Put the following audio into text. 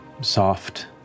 soft